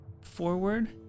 forward